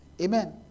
Amen